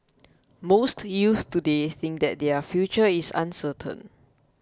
most youths today think that their future is uncertain